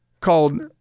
called